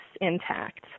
intact